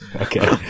Okay